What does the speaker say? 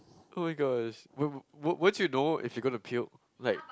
!oh my gosh! wo~ wo~ won't you know if you're gonna puke like